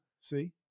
See